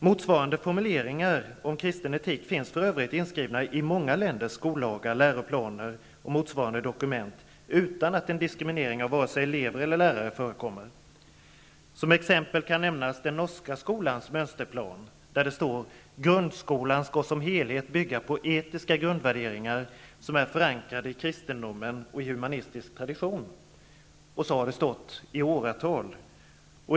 Motsvarande formuleringar om kristen etik finns för övrigt inskrivna i många länders skollagar, läroplaner och motsvarande dokument utan att en diskriminering av vare sig elever eller lärare förekommer. Som exempel kan nämnas den norska skolans mönsterplan där det står: ''Grundskolan skall som helhet bygga på etiska grundvärderingar som är förankrade i kristendomen och i humanistisk tradition.'' Så har det stått i åratal.